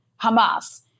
Hamas